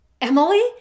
Emily